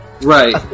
right